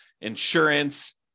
insurance